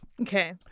Okay